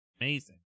amazing